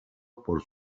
por